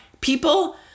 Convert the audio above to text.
People